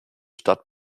stadt